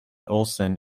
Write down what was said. olsen